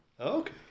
Okay